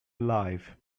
alive